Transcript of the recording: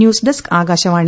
news desk Akashvani